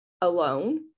alone